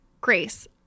Grace